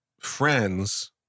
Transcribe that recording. friends